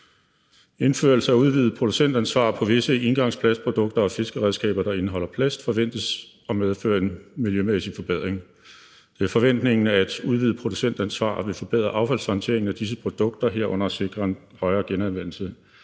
Indførelse af udvidet producentansvar på visse engangsplastprodukter og fiskeredskaber, der indeholder plast, forventes at medføre en miljømæssig forbedring. Det er forventningen, at et udvidet producentansvar vil forbedre affaldshåndteringen af disse produkter, herunder sikre en højere grad af genanvendelse.